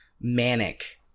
manic